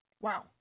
Wow